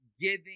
giving